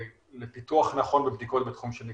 לפיתוח נכון ובדיקות בתחום של נגישות.